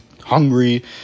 hungry